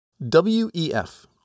WEF